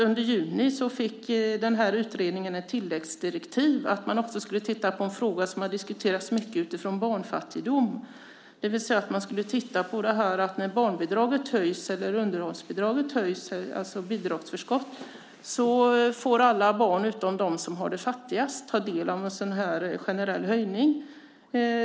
Under juni fick den här utredningen ett tilläggsdirektiv om att man också skulle titta på en fråga som har diskuterats mycket utifrån barnfattigdom. Man skulle titta på det här att när barnbidraget eller underhållsbidraget höjs, alltså bidragsförskott, så får alla barn utom de som har det fattigast ta del av denna generella höjning.